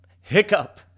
Hiccup